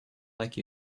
like